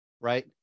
right